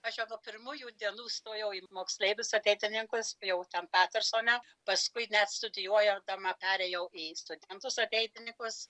aš jau nuo pirmųjų dienų stojau į moksleivius ateitininkus jau ten petersone paskui net studijuodama perėjau į studentus ateitininkus